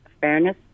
fairness